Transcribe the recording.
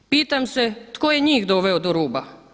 Pitam se tko je njih doveo do ruba?